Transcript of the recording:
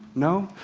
no?